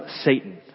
Satan